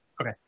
Okay